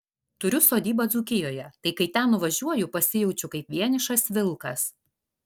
turiu sodybą dzūkijoje tai kai ten nuvažiuoju pasijaučiu kaip vienišas vilkas